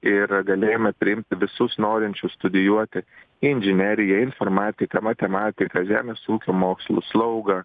ir galėjome priimti visus norinčius studijuoti inžineriją informatiką matematiką žemės ūkio mokslus slaugą